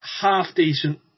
Half-decent